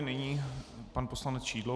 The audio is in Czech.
Nyní pan poslanec Šidlo.